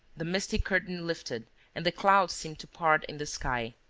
the misty curtain lifted and the clouds seemed to part in the sky.